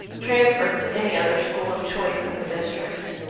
transferred to any other school of choice in the district.